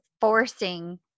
forcing